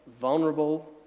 vulnerable